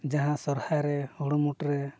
ᱡᱟᱦᱟᱸ ᱥᱚᱦᱚᱨᱟᱭ ᱨᱮ ᱦᱩᱲᱩ ᱢᱩᱴ ᱨᱮ